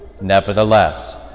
Nevertheless